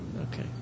Okay